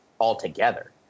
altogether